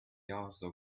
also